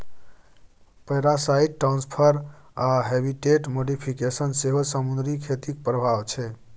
parasite transfer आ habitat modification सेहो समुद्री खेतीक प्रभाब छै